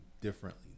differently